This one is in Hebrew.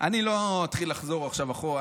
אני לא אתחיל לחזור עכשיו אחורה,